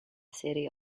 city